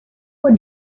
for